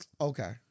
Okay